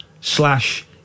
slash